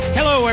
Hello